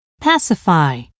pacify